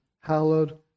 Hallowed